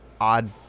odd